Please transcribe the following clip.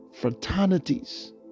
fraternities